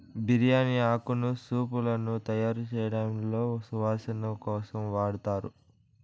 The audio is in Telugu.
బిర్యాని ఆకును సూపులను తయారుచేయడంలో సువాసన కోసం వాడతారు